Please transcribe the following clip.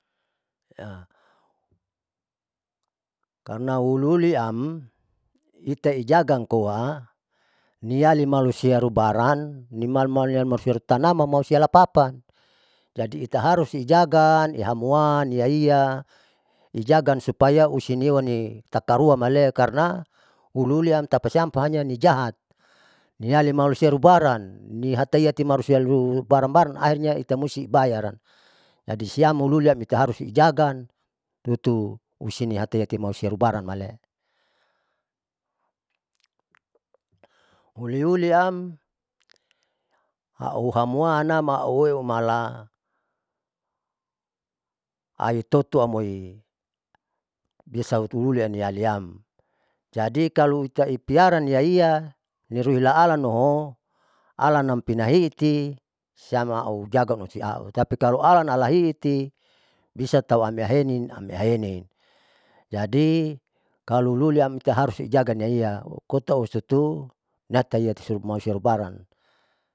karna uliuliam ita ijaga amkoa niali malusia rubarang nimalu malu sia lutatinam mamalusia lapapa jadi itaharus ijaga ihamuan iaia ijagan suapa usiewan takaruan male'e, karna uliuliam tapasiam pohanya nijahat niali malusia rubaran nihatahiayati malusia lubarang barang ahirnya itamusti bayaram jadi siam uliuliam itamusti harus ijagan hutu usitihayati malusia rubarang male'e, uliuliam auhamuanna auweu umalaautoto bisa hutu uli amnialiam jadi kalo itai piaran iaia nirui laalanoho alanam pinahi'iti sian aujaga osiau tapikalo alan alahi'iti bisa tau amiahenin amiahenin jadi kalo uliuliam itaharus ijagaiaia kotausutu nyataiati malusia lubarang.